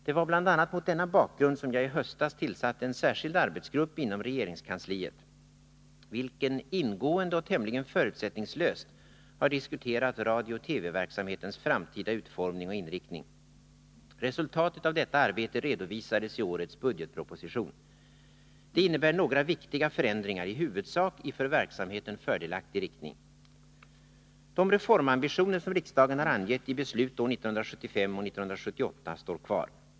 Det var bl.a. mot denna bakgrund som jag i höstas tillsatte en särskild arbetsgrupp inom regeringskansliet, vilken ingående och tämligen förutsättningslöst har diskuterat radiooch TV-verksamhetens framtida utformning och inriktning. Resultatet av detta arbete redovisades i årets budgetproposition. Det innebär några viktiga förändringar, i huvudsak i för verksamheten fördelaktig riktning: De reformambitioner som riksdagen har angett i beslut år 1975 och 1978 står kvar.